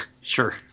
Sure